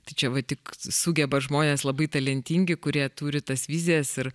tai čia va tik sugeba žmonės labai talentingi kurie turi tas vizijas ir